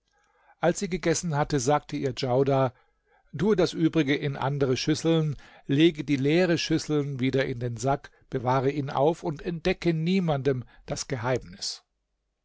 als sie gegessen hatte sagte ihr djaudar tu das übrige in andere schüsseln lege die leeren schüsseln wieder in den sack bewahre ihn auf und entdecke niemanden das geheimnis